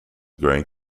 growing